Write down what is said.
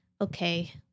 okay